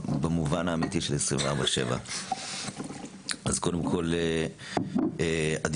את המובן האמיתי של 24/7. כפי שאמרה חברת הכנסת לזימי,